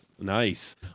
Nice